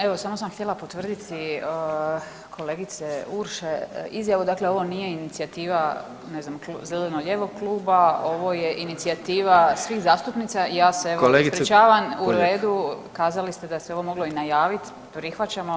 Evo samo sam htjela potvrditi kolegice Urše izjavu, dakle ovo nije inicijativa ne znam zeleno-lijevog kluba, ovo je inicijativa svih zastupnica i ja se evo ispričavam u redu kazali ste da se ovo moglo i najavit, prihvaćamo.